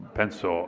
penso